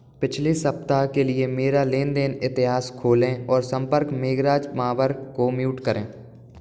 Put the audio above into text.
पिछले सप्ताह के लिए मेरा लेन देन इतिहास खोलें और संपर्क मेघराज मावर को म्यूट करें